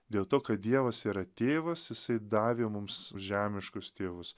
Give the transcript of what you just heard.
dėl to kad dievas yra tėvas jisai davė mums žemiškus tėvus